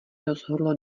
rozhodlo